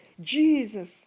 Jesus